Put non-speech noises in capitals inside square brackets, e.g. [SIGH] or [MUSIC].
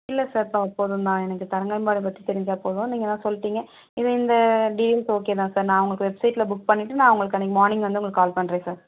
இல்லை சார் [UNINTELLIGIBLE] போதும் தான் எனக்கு தரங்கம்பாடி பற்றி தெரிஞ்சால் போதும் நீங்கள் தான் சொல்லிட்டிங்க இது இந்த டீல்ஸ் ஓகே தான் சார் நான் உங்களுக்கு வெப்சைடில் புக் பண்ணிவிட்டு நான் அன்னைக்கு மார்னிங் வந்து உங்களுக்கு கால் பண்ணுறேன் சார்